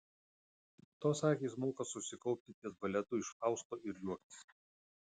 tos akys moka susikaupti ties baletu iš fausto ir juoktis